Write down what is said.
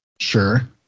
Sure